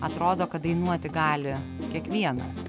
atrodo kad dainuoti gali kiekvienas